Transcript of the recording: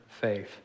faith